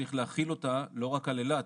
צריך להחיל אותה לא רק על אילת,